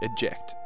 Eject